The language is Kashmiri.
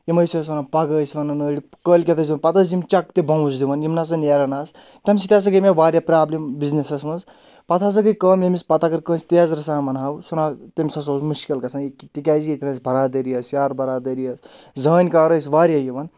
یِم ٲسۍ اسہِ وَنان پَگہٕ ٲسۍ وَنان أڑۍ کٲلکؠتھ ٲسۍ وَنان پَتہٕ ٲسۍ یِم چَکہٕ تہِ باوُس دِوان یِم نَسا نیرَان آسہٕ تَمہِ سۭتۍ ہَسا گٔے مےٚ واریاہ پرابلِم بِزنؠسَس منٛز پَتہٕ ہَسا گٔے کٲم ییٚمِس پَتہٕ اگر کٲنٛسہِ تیزرٕ سان ونہو سُہ نہ تٔمِس ہَسا اوس مُشکِل گژھان تِکیازِ ییٚتؠن ٲسۍ بَرادٔری ٲسۍ یار بَرادٔری ٲس زٲنۍ کار ٲسۍ واریاہ یِوان